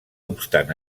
obstant